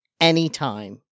anytime